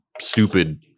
stupid